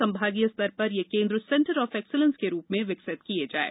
संभागीय स्तर पर ये केन्द्र सेन्टर आफ एक्सीलेंस के रूप में विकसित किये जायें